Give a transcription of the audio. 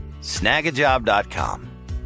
Snagajob.com